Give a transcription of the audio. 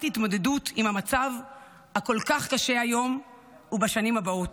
התמודדות עם המצב הכל-כך קשה היום ובשנים הבאות.